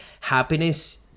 happiness